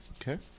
Okay